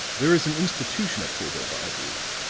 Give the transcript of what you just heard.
there is an institution at cordova, i believe?